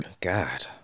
God